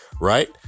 right